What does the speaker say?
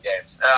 games